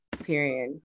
Period